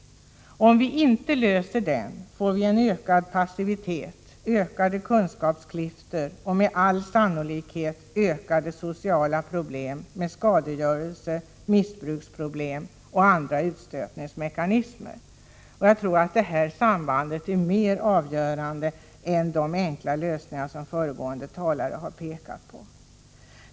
Om vi inte löser den får vi en ökad passivitet, ökade kunskapsklyftor och med all sannolikhet ökade sociala problem med skadegörelse, missbruksproblem och andra utstötningsmekanismer som följd. Jag tror att det här sambandet är mer avgörande än de enkla lösningar som föregående talare har pekat på.